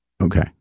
Okay